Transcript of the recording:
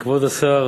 כבוד השר